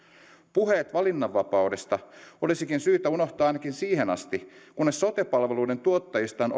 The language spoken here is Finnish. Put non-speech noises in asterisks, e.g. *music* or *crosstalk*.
puheet valinnanvapaudesta olisikin syytä unohtaa ainakin siihen asti kunnes sote palveluiden tuottajista on *unintelligible*